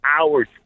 hours